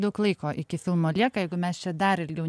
daug laiko iki filmo lieka jeigu mes čia dar ilgiau